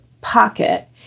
pocket